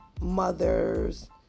mothers